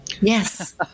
Yes